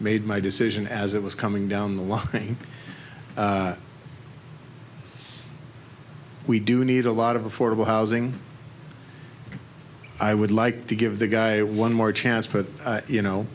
made my decision as it was coming down the line we do need a lot of affordable housing i would like to give the guy one more chance but you know